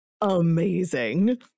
amazing